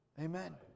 Amen